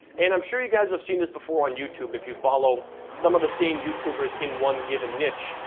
and i'm sure you guys have seen this before on youtube if you follow some of the same youtubers in one given niche,